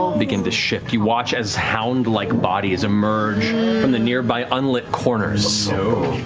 begin to shift. you watch as hound-like bodies emerge from the nearby unlit corners. so